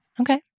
Okay